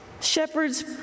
Shepherds